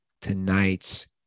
tonight's